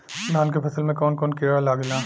धान के फसल मे कवन कवन कीड़ा लागेला?